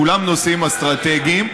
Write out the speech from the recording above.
כולם נושאים אסטרטגיים,